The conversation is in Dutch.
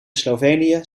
slovenië